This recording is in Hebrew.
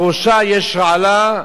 על ראשה יש רעלה,